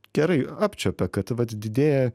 gerai apčiuopia kad vat didėja